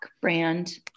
brand